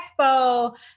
expo